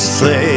say